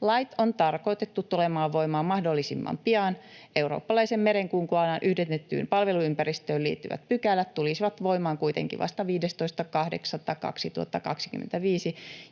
Lait on tarkoitettu tulemaan voimaan mahdollisimman pian. Eurooppalaisen merenkulkualan yhdennettyyn palveluympäristöön liittyvät pykälät tulisivat voimaan kuitenkin vasta 15.8.2025,